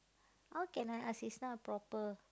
how can I ask this kind of proper